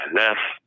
left